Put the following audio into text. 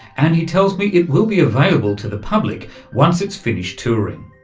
and he tells me it will be available to the public once it's finished touring.